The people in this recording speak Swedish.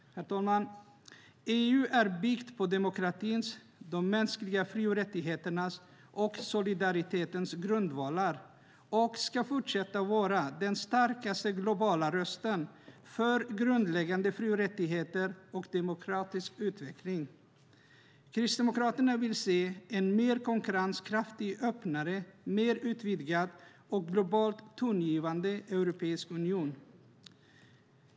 Herr talman! EU är byggt på demokratins, de mänskliga fri och rättigheternas och solidaritetens grundvalar och ska fortsätta vara den starkaste globala rösten för grundläggande fri och rättigheter och demokratisk utveckling. Kristdemokraterna vill se en mer konkurrenskraftig, öppnare, mer utvidgad och globalt tongivande europeisk union.